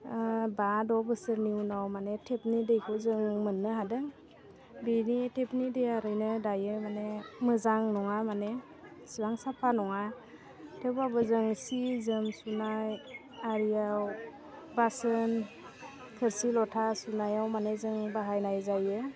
बा द' बोसोरनि उनाव माने टेपनि दैखौ जों मोन्नो हादों बिनि टेपनि दैया ओरैनो दायो माने मोजां नङा माने इसिबां साफा नङा थेवबाबो जों सि जोम सुनाय आरियाव बासोन थोरसि लथा सुनायाव माने जों बाहायनाय जायो